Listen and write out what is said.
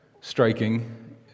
striking